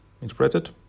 Interpreted